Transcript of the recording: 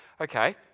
Okay